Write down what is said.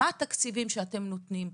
מה התקציבים שאתם נותנים.